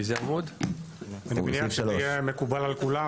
אני מניח שזה יהיה מקובל על כולם,